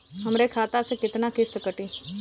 हमरे खाता से कितना किस्त कटी?